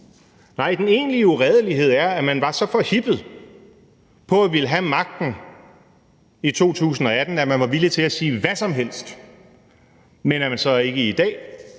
Nej, den egentlige uredelighed er, at man var så forhippet på at ville have magten i 2018, at man var villig til at sige hvad som helst, men at man i dag